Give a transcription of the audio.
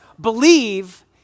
believe